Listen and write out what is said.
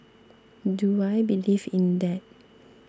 do I believe in that